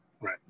Right